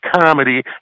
Comedy